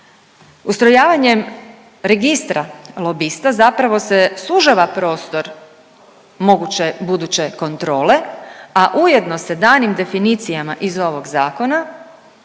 Ustrojavanjem registra lobista zapravo se sužava prostor moguće buduće kontrole, a ujedno se danim definicijama iz ovog zakona